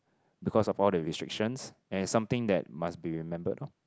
because of all the restrictions and something that must be remembered lor